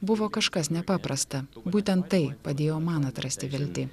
buvo kažkas nepaprasta būtent tai padėjo man atrasti viltį